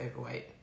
overweight